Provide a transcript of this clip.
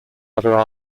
other